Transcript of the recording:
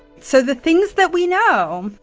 so the things that we know,